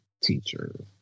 teacher